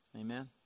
Amen